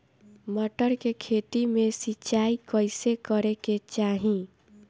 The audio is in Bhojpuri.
मटर के खेती मे सिचाई कइसे करे के चाही?